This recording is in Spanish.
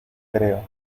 creo